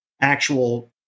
actual